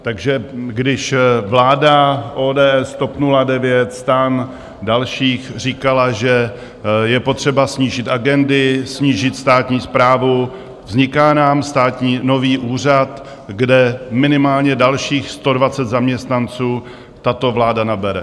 Takže když vláda ODS s TOP 09, STAN a dalších říkala, že je potřeba snížit agendy, snížit státní správu, vzniká nám státní nový úřad, kde minimálně dalších 120 zaměstnanců tato vláda nabere.